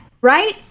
right